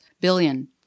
Billion